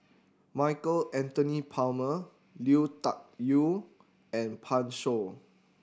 Michael Anthony Palmer Lui Tuck Yew and Pan Shou